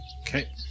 Okay